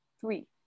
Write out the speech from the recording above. three